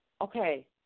okay